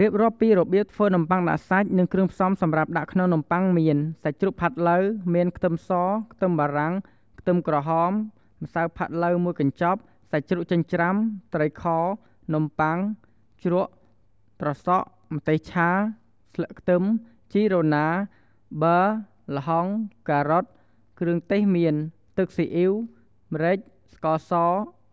រៀបរាប់ពីរបៀបធ្វើនំបុ័ងដាក់សាច់និងគ្រឿងផ្សំសម្រាប់ដាក់ក្នុងនំប័ុងមាន សាច់ជ្រូកផាក់ឡូវ មានខ្ទឹមស ខ្ទឹមបារាំង ខ្ទឹមក្រហម ម្សៅផាក់ឡូវមួយកព្ចាប់ សាច់ជ្រូកចិញ្រ្ចាំ ត្រីខ នំប័ុង ជ្រក់ ត្រសក់ ម្ទេសឆា ស្លឹកខ្ទឹម ជីរណា ប័រ ល្ហុង ការ៉ុត គ្រឿងទេសមាន ទឹកសុីអ៉ីវ ម្រេច ស្ករស